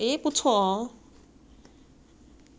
ya so I just started buying like bright colours all those lor